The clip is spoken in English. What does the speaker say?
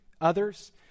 others